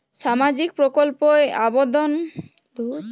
সামাজিক প্রকল্প এ আবেদন করতে গেলে কি কাগজ পত্র লাগবে?